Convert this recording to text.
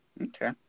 Okay